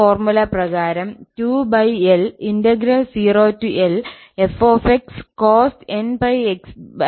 ഈ ഫോർമുല പ്രകാരം 2𝐿0Lf cos nπx L dx